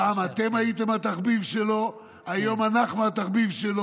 פעם אתם הייתם התחביב שלו, היום אנחנו התחביב שלו.